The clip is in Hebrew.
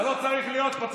אתה לא צריך להיות פה.